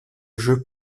jeux